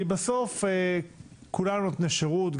כי בסוף כולם נותני שירות,